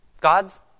God's